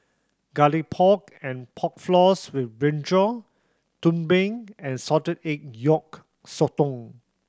Garlic Pork and Pork Floss with brinjal tumpeng and salted egg yolk sotong